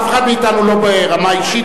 אף אחד מאתנו לא נבחר ברמה אישית,